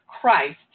Christ